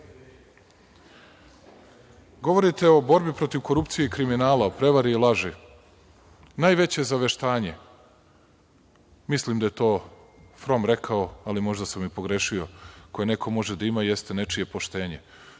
jedan. Govorite o borbi protiv korupcije i kriminala, o prevari i laži. Najveće zaveštanje, mislim da je to From rekao, ali možda sam i pogrešio, koje neko može da ima, jeste nečije poštenje.